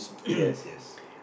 yes yes